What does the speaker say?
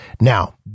Now